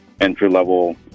entry-level